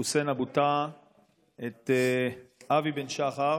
חוסיין אבו טעאה את אבי בן שחר,